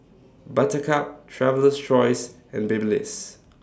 Buttercup Traveler's Choice and Babyliss